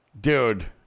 dude